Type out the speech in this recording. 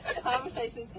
conversations